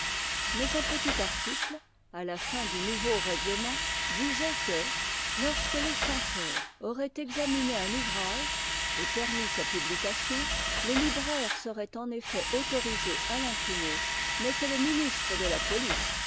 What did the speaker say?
mais un petit article à la fin du nouveau règlement disait que lorsque les censeurs auraient examiné un ou vrage et permis sa publication les libraires seraient en effet autorisés à l'imprimer mais que le ministre de la potice